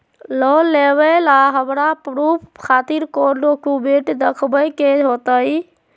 Loan लेबे ला हमरा प्रूफ खातिर कौन डॉक्यूमेंट देखबे के होतई?